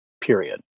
period